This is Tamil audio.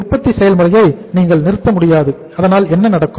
உற்பத்தி செயல்முறையை நீங்கள் நிறுத்த முடியாது அதனால் என்ன நடக்கும்